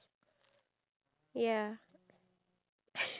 I said non-certified halal